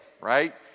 right